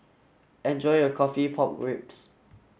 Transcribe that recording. enjoy your coffee pork ribs